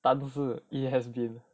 但是 it has been